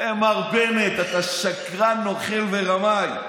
מר בנט, אתה שקרן, נוכל ורמאי.